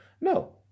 No